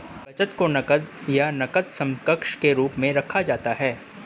बचत को नकद या नकद समकक्ष के रूप में रखा जाता है